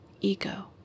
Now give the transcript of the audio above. ego